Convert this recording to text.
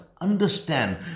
understand